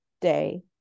day